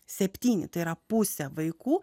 septyni tai yra pusė vaikų